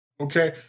okay